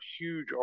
huge